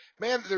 Man